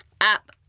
up